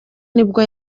nibwo